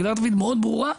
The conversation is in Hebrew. הגדרת התפקיד מאוד ברורה.